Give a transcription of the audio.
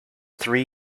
three